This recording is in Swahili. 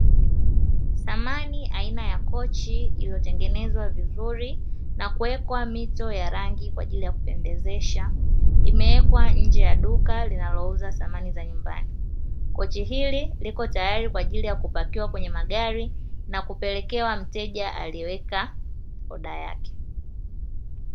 Samani aina ya kochi iliyo tengenezwa vizuri na kuwekwa mito ya rangi kwaajili ya kupendezesha imewekwa nje ya duka linalo uza samani za nyumbani kochi hili liko tayari kwaajili ya kupakiwa kwenye magari na kupelekewa mteja aliye weka oda yake.